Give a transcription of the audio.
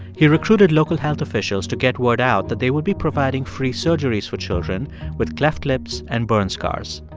he recruited local health officials to get word out that they would be providing free surgeries for children with cleft lips and burn scars.